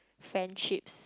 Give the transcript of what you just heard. friendships